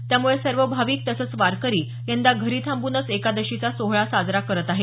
त्यामुळे सर्व भाविक तसंच वारकरी यंदा घरी थांबूनच एकादशीचा सोहळा साजरा करत आहेत